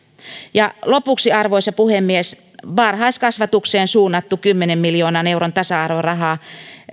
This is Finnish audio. lopuksi arvoisa puhemies ei varhaiskasvatukseen suunnattu kymmenen miljoonan euron tasa arvoraha